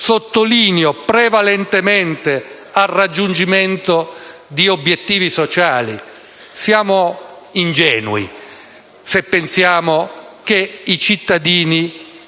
sottolineo «prevalentemente» - al raggiungimento di obiettivi sociali? Siamo ingenui se pensiamo che i cittadini